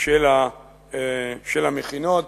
של המכינות,